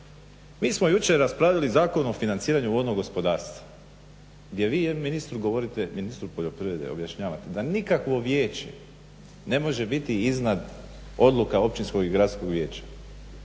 Mi smo jučer raspravljali Zakon o financiranju vodnog gospodarstva gdje vi ministru poljoprivrede objašnjavate da nikakvo vijeće ne može biti iznad odluka općinskog i gradskog vijeća.